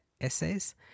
essays